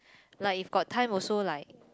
like if got time also like